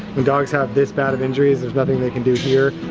when dogs have this bad of injuries, there's nothing they can do here.